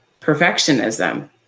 perfectionism